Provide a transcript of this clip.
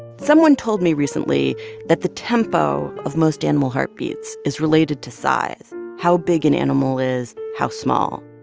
someone told me recently that the tempo of most animal heartbeats is related to size how big an animal is, how small.